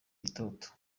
itoto